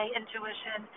intuition